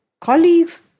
colleagues